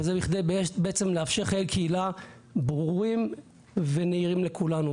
וזה בכדי לאפשר חיי קהילה ברורים ונהירים לכולנו.